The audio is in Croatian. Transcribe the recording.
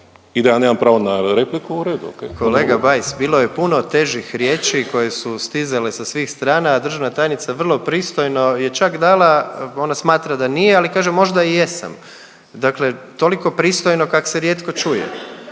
da ja nemam pravo na repliku, u redu,